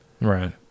Right